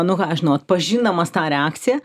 nu ką žinau atpažindamas tą reakciją